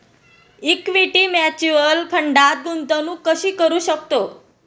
Equity mutual फंडात गुंतवणूक कशी करू शकतो?